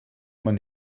man